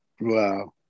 Wow